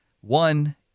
one